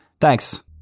Thanks